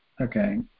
okay